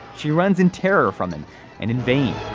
she runs in terror from an invasion.